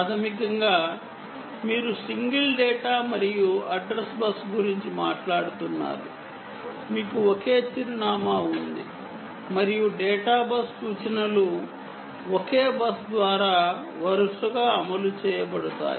ప్రాథమికంగా మీరు single data మరియు అడ్రస్ బస్సు గురించి మాట్లాడుతున్నారు మీకు ఒకే చిరునామా ఉంది మరియు డేటా బస్ సూచనలు ఒకే బస్ ద్వారా వరుసగా అమలు చేయబడతాయి